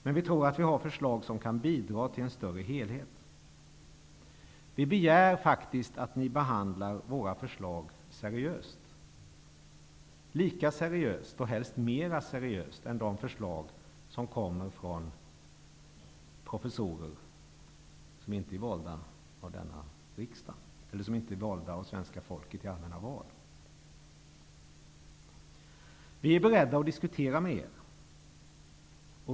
Men vi tror att vi har förslag som kan bidra till en större helhet. Vi begär att ni behandlar våra förslag seriöst, lika seriöst -- och helst mera seriöst -- än de förslag som kommer från professorer som inte är valda av svenska folket i allmänna val. Vi är beredda att diskutera med er.